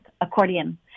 accordion